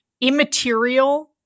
immaterial